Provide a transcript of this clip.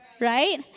right